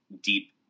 deep